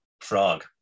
frog